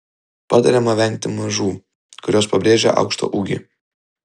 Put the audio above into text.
patariama vengti mažų kurios pabrėžia aukštą ūgį